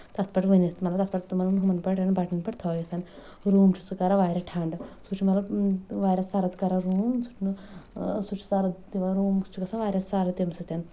تَتھ پٮ۪ٹھ ؤنِتھ مطلب تَتھ پٮ۪ٹھ مطلب ہمَن بٹنن پٮ۪ٹھ تھٲوِتھ روٗم چھُ سُہ کران واریاہ ٹھنٛڈٕ سُہ چھُ مطلب واریاہ سَرٕد کَران روٗم سُہ چھُ نہٕ سہُ چھُ سَرٕد دِوان روٗم چھُ گژھان واریاہ سَرٕد تَمہِ سۭتۍ